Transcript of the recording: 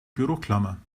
büroklammer